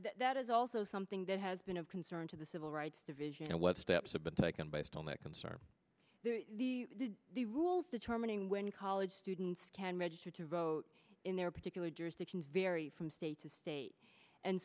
you that is also something that has been of concern to the civil rights division and what steps have been taken based on that concern the rules determining when college students can register to vote in their particular jurisdiction vary from state to state and